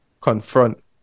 confront